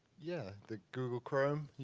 yeah. the google chrome.